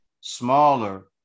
smaller